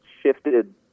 shifted